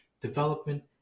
development